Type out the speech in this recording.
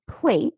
plate